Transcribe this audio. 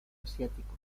asiático